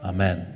Amen